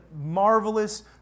marvelous